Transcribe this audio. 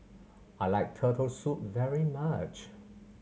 I like Turtle Soup very much